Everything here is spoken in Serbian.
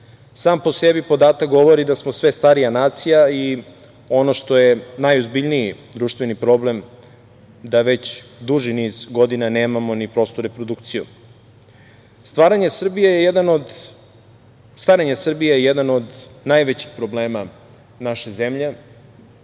po sebi podatak govori da smo sve starija nacija i ono što je najozbiljniji društveni problem jeste da već duži niz godina nemamo ni prostu reprodukciju. Starenje Srbije je jedan od najvećih problema naše zemlje.